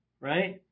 right